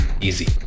easy